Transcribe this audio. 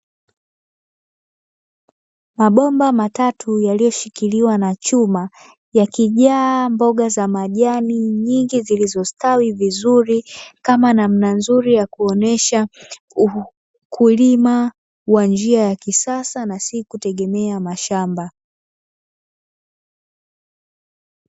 Mabomba matatu yaliyoshikiliwa na chuma yakijaa mboga za majani nyingi zilizostawi vizuri, kama namna nzuri ya kuonyesha ukulima wa njia ya kisasa na si kutegemea mashamba.